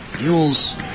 Mules